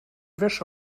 wäsche